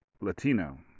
Latino